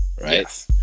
right